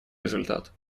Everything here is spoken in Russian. результат